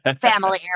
family